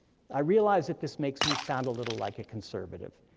i realize that this makes me sound a little like a conservative.